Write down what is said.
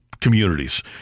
communities